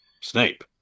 Snape